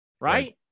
right